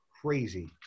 crazy